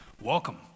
welcome